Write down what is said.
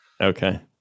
okay